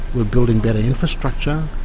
we're building better infrastructure,